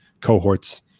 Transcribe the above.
cohorts